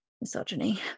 misogyny